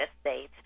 States